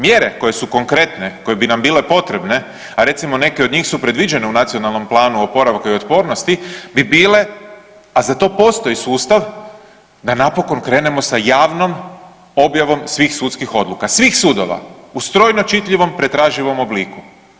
Mjere koje su konkretne, koje bi nam bile potrebe, a recimo neke od njih su predviđene u Nacionalnom planu oporavka i otpornosti, bi bile, a za to postoji sustav, da napokon krenemo sa javnom objavom svih sudskih odluka, svih sudova u strojno čitljivom, pretraživom obliku.